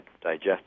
digest